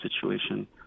situation